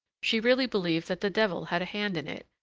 she really believed that the devil had a hand in it,